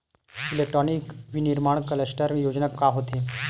Electronic विनीर्माण cluster योजना का होथे?